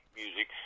music